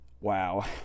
wow